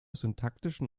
syntaktischen